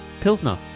Pilsner